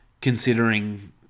considering